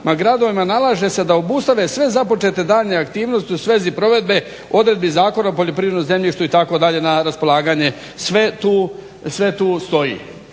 gradovima nalaže se da obustave sve započete daljnje aktivnosti u svezi provedbe odredbi Zakona o poljoprivrednom zemljištu itd. na raspolaganje. Sve tu stoji.